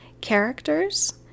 characters